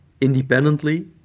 independently